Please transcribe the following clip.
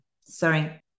Sorry